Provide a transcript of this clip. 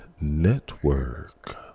Network